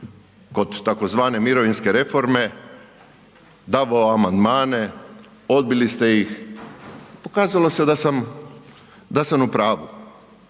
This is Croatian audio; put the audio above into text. kod tzv. mirovinske reforme, davao amandmane, odbili ste ih, pokazalo se da sam u pravu,